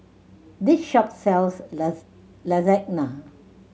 this shop sells Lasagna